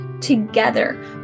Together